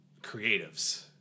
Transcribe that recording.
creatives